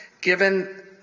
given